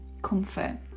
comfort